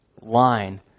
line